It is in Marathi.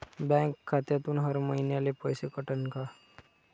बँक खात्यातून हर महिन्याले पैसे कटन का?